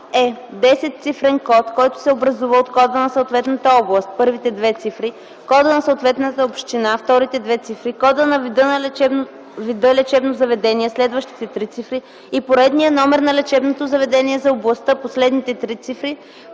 е десетцифрен код, който се образува от кода на съответната област (първите две цифри), кода на съответната община (вторите две цифри), кода на вида лечебно заведение (следващите три цифри) и поредния номер на лечебното заведение за областта (последните три цифри)